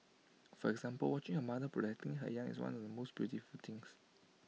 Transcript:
for example watching A mother protecting her young is one of the most beautiful things